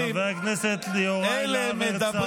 הממשלה לכנסת דוד אמסלם: ואלה מדברים,